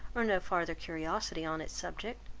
or no farther curiosity on its subject.